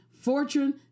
fortune